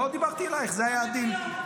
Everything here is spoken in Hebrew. לא דיברתי אלייך, זה היה דיל.